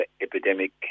epidemic